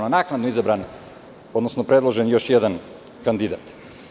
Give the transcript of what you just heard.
Naknadno je izabran, odnosno predložen još jedan kandidat.